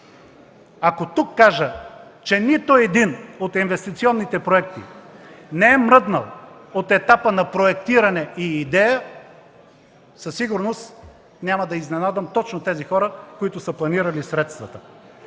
Ако тук кажа, че нито един от инвестиционните проекти не е мръднал от етапа на проектиране и идея, със сигурност няма да изненадам точно тези хора, които са планирали средствата.